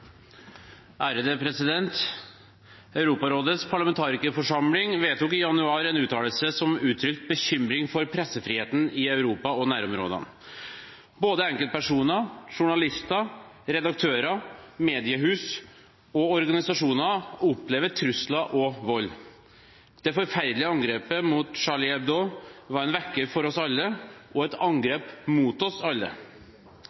Europarådets parlamentarikerforsamling vedtok i januar en uttalelse som uttrykte bekymring for pressefriheten i Europa og nærområdene. Både enkeltpersoner, journalister, redaktører, mediehus og organisasjoner opplever trusler og vold. Det forferdelige angrepet mot Charlie Hebdo var en vekker for oss alle og et angrep mot oss alle.